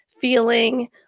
feeling